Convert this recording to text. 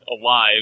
alive